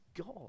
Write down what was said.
God